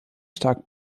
stark